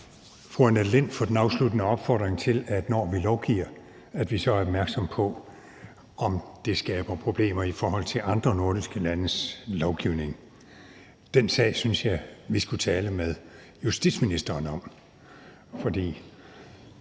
fru Annette Lind for den afsluttende opfordring til, at vi, når vi lovgiver, er opmærksomme på, om det skaber problemer i forhold til andre nordiske landes lovgivning. Den sag synes jeg vi skulle tale med justitsministeren om.